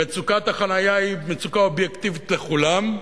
מצוקת החנייה היא מצוקה אובייקטיבית לכולם,